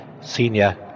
senior